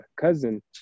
cousin